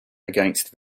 against